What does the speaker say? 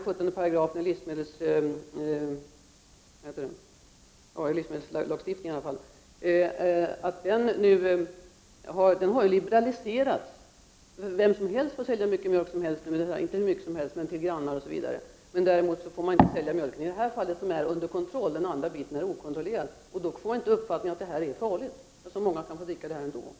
17 § i livsmedelskungörelsen har ju liberaliserats. Vem som helst får sälja mjölk till grannar, osv. Däremot får mjölk inte säljas i detta fall trots att det sker under kontroll. I det andra fallet är mjölken okontrollerad. Då får man inte uppfattningen att det är farligt, eftersom man kan dricka denna mjölk ändå.